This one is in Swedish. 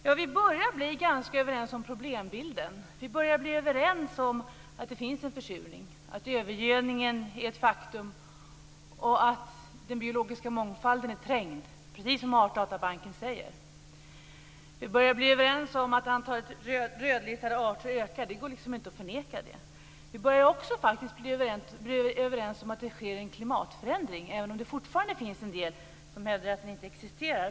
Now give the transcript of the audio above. Ja, vi börjar bli ganska överens om problembilden. Vi börjar bli överens om att det finns en försurning, att övergödningen är ett faktum och att den biologiska mångfalden är trängd, precis som Artdatabanken säger. Vi börjar bli överens om att antalet rödlistade arter ökar. Det går inte att förneka det. Vi börjar faktiskt också bli överens om att det sker en klimatförändring, även om det fortfarande finns en del som hävdar att den inte existerar.